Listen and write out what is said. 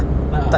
a'ah